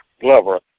Glover